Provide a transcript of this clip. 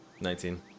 Nineteen